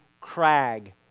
crag